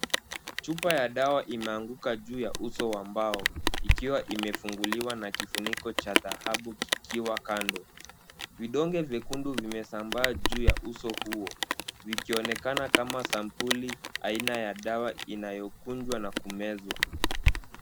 Chupa ya dawa inaanguka juu ya uso wa mbao, ikiwa imefunguliwa na kifuniko cha dhahabu kikiwa kando, vidonde vyekundu vimesambaa juu ya uso huo, vikionekana kama sampuli aina ya dawa inayokunjwa na kumezwa.